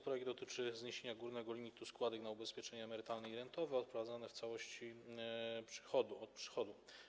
Projekt dotyczy zniesienia górnego limitu składek na ubezpieczenia emerytalne i rentowe odprowadzane w całości od przychodu.